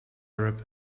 arab